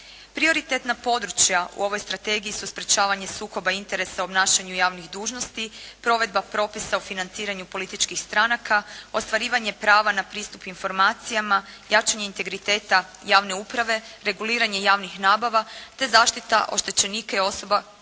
Prioritetna područja u ovoj strategiji su sprječavanje sukoba interesa u obnašanju javnih dužnosti, provedba propisa u financiranju političkih stranaka, ostvarivanje prava na pristup informacijama, jačanje integriteta javne uprave, reguliranje javnih nabava te zaštita oštećenika i osoba koje